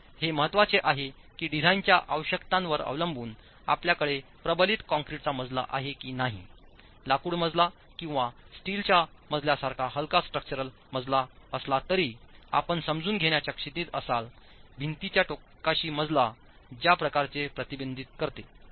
तर हे महत्वाचे आहे की डिझाइनच्या आवश्यकतांवर अवलंबून आपल्याकडे प्रबलित कंक्रीटचा मजला असेल की नाही लाकूड मजला किंवा स्टीलच्या मजल्यासारखा हलका स्ट्रक्चरल मजला असला तरी आपण समजून घेण्याच्या स्थितीत असाल भिंतींच्या टोकाशी मजला ज्या प्रकारचे प्रतिबंधित करते